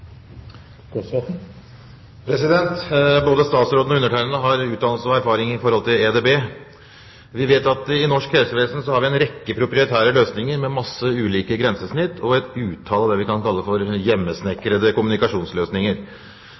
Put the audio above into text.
Både statsråden og undertegnede har utdannelse og erfaring innen EDB. Vi vet at i norsk helsevesen har vi en rekke proprietære løsninger, med masse ulike grensesnitt og et utall av det vi kan kalle for hjemmesnekrede kommunikasjonsløsninger.